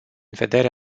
vedere